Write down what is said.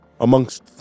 amongst